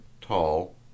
tall